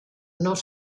not